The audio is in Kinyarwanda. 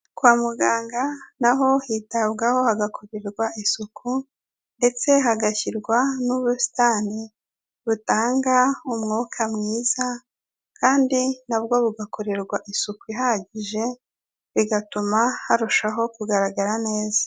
Kwa muganga n'aho hitabwaho hagakorerwa isuku, ndetse hagashyirwa n'ubusitani butanga umwuka mwiza, kandi nabwo bugakorerwa isuku ihagije, bigatuma harushaho kugaragara neza.